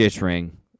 ring